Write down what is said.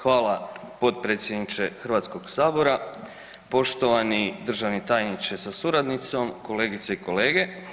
Hvala potpredsjedniče HS-a, poštovani državni tajniče sa suradnicom, kolegice i kolege.